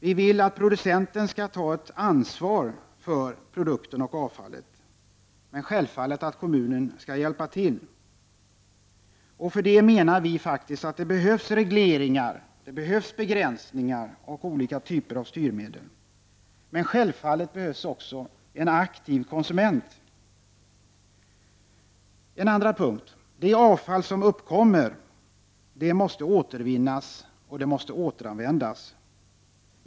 Vi vill att producenten skall ta ett ansvar för produkten och avfallet, men kommunen skall självfallet hjälpa till. För det behövs regleringar, begränsningar och olika typer av styrmedel, men det behövs självfallet också en aktiv konsument. Det avfall som uppkommer måste återvinnas och återanvändas.